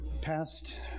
past